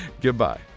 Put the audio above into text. Goodbye